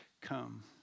come